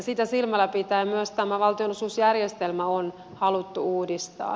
sitä silmällä pitäen myös tämä valtionosuusjärjestelmä on haluttu uudistaa